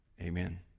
Amen